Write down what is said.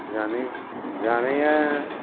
जानाय जानाया